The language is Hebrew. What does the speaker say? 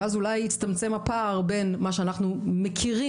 ואז אולי יצטמצם הפער בין מה שאנחנו מכירים